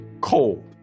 cold